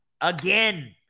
again